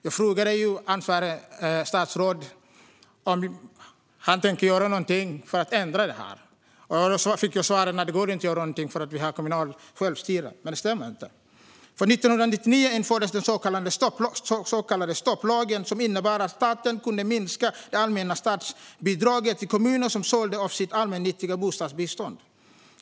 Jag frågade ansvarigt statsråd om han tänkte göra någon förändring och fick svaret att det inte går att göra något eftersom vi har kommunalt självstyre i Sverige. Det stämmer dock inte, för 1999 infördes den så kallade stopplagen, som innebar att staten kunde minska det allmänna statsbidraget till kommuner som sålde av sitt allmännyttiga bostadsbestånd.